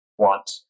want